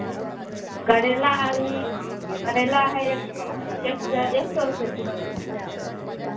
करैला हइ अभी करैला हइ एक सए एक सए एक सए रुपैए किलो